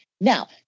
Now